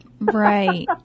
Right